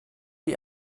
die